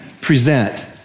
present